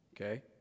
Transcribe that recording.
Okay